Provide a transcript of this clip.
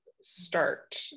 start